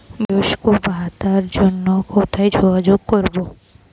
বয়স্ক ভাতার জন্য কোথায় যোগাযোগ করব?